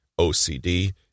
OCD